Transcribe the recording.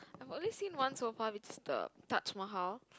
I've only seen one so far which is the Taj Mahal